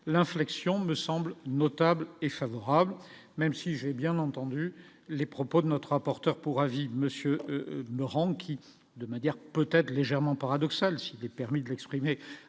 l'inflexion me semble notable est favorable, même si j'ai bien entendu les propos de notre rapporteur pour avis monsieur Laurent qui, de manière peut-être légèrement paradoxale si des permis d'exprimer